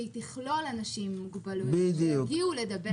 שהיא תכלול אנשים עם מוגבלויות שיגיעו לדבר.